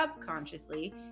subconsciously